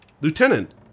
Lieutenant